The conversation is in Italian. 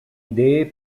idee